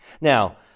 Now